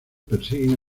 persiguen